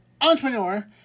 entrepreneur